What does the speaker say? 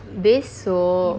besok